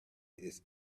its